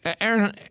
Aaron